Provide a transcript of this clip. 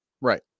right